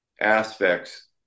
aspects